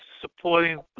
supporting